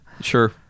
Sure